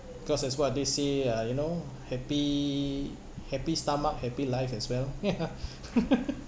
cause as what they say uh you know happy happy stomach happy life as well ya